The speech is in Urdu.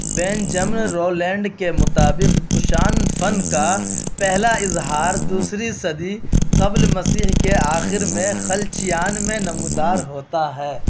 بینجم رولینڈ کے مطابق کشان فن کا پہلا اظہار دوسری صدی قبل مسیح کے آخر میں خلچیان میں نمودار ہوتا ہے